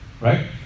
right